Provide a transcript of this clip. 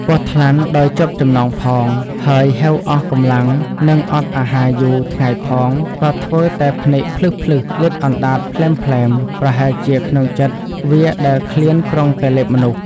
ពស់ថ្លាន់ដោយជាប់ចំណងផង ហើយហេវអស់កំលាំងនិងអត់អាហារយូរ ថ្ងៃផងក៏ធ្វើតែភ្នែកភ្លឹះៗ លិទ្ធអណ្ដាតភ្លែមៗ ប្រហែលជាក្នុងចិត្ដវាដែលឃ្លានប្រុងតែលេបមនុស្ស ។